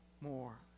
more